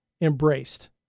embraced